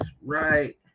right